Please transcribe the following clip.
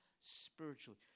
spiritually